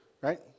Right